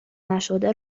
نشده